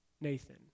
Nathan